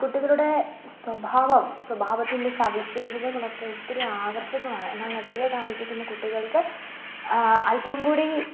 കുട്ടികളുടെ സ്വഭാവം സ്വഭാവത്തിൻ്റെ സവിശേഷതകളൊക്കെ ഒത്തിരി ആകർഷകമാണ് എന്നാൽ നഗരത്തിൽ താമസിക്കുന്ന കുട്ടികൾക്ക് അൽപ്പം കൂടി